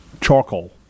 Charcoal